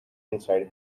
inside